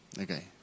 Okay